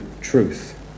truth